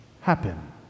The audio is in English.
happen